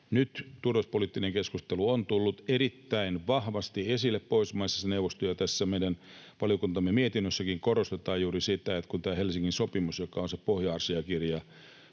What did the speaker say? Nyt turvallisuuspoliittinen keskustelu on tullut erittäin vahvasti esille Pohjoismaiden neuvostossa, ja tässä meidän valiokuntamme mietinnössäkin korostetaan juuri sitä, että kun tämä Helsingin sopimus, joka on se pohja-asiakirja